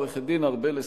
עורכת-הדין ארבל אסטרחן,